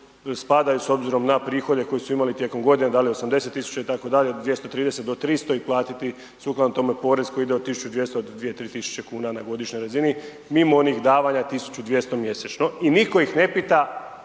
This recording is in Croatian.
spadaju s obzirom na prihode koje su imali tijekom godine, da li 80 000 itd., 230 do 300 i platiti sukladno tome porez koji ide od 1200 do 2, 3000 kuna na godišnjoj razini mimo onih davanja 1200 mjesečno i nitko ih ne pita